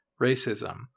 racism